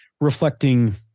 reflecting